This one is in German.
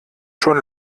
schon